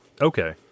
Okay